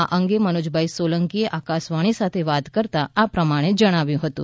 આ અંગે મનોજભાઈ સોલંકીએ આકાશવાણી સાથે વાત કરતા આ પ્રમાણે જણાવ્યું હતું